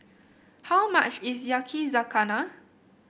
how much is Yakizakana